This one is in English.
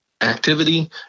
activity